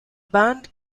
band